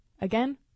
Again